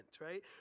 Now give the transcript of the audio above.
right